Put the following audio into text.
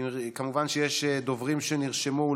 כמובן שיש דוברים שנרשמו.